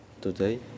Today